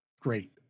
great